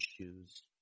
shoes